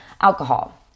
Alcohol